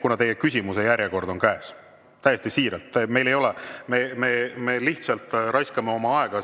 kuna teie küsimise järjekord on käes. Täiesti siiralt! Me lihtsalt raiskame oma aega